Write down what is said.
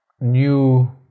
new